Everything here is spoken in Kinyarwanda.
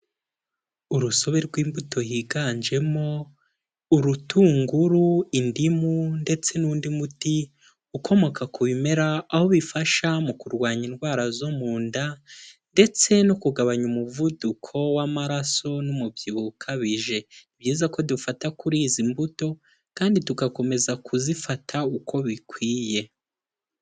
Urusobe rw'imbuto higanjemo urutunguru, indimu ndetse n'undi muti ukomoka ku bimera, aho bifasha mu kurwanya indwara zo mu nda ndetse no kugabanya umuvuduko w'amaraso n'umubyibuho ukabije, ni byiza ko dufata kuri izi mbuto kandi tugakomeza kuzifata uko bikwiye.